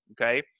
okay